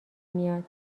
میاد